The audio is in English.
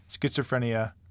schizophrenia